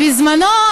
בזמנו,